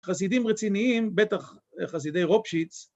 ‫חסידים רציניים, ‫בטח חסידי רובשיץ.